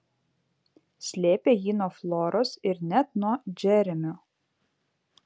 slėpė jį nuo floros ir net nuo džeremio